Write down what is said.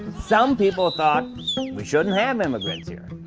some people thought we shouldn't have immigrants here.